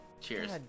Cheers